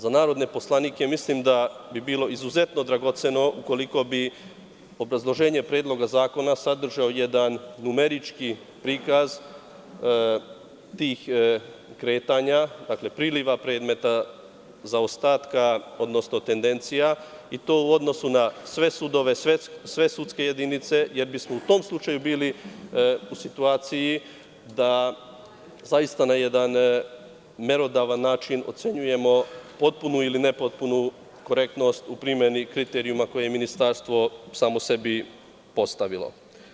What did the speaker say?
Za narodne poslanike mislim da bi bilo izuzetno dragoceno ukoliko bi obrazloženje Predloga zakona sadržalo jedan numerički prikaz tih kretanja, priliva predmeta, zaostataka, odnosno tendencija i to u odnosu na sve sudove, sve sudske jedinice, jer bismo u tom slučaju bili u situaciji da zaista na jedan merodavan način ocenjujemo potpuno ili nepotpunu korektnost u primeni kriterijuma koje je ministarstvo samo sebi postavilo.